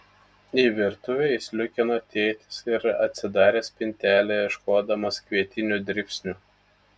į virtuvę įsliūkino tėtis ir atsidarė spintelę ieškodamas kvietinių dribsnių